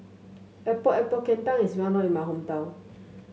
Epok Epok Kentang is well known in my hometown